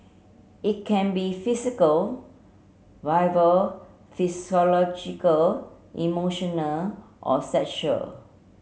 it can be physical verbal psychological emotional or sexual